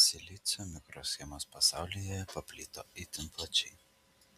silicio mikroschemos pasaulyje paplito itin plačiai